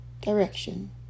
direction